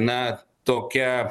na tokia